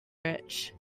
rich